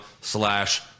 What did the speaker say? slash